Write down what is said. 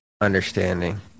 understanding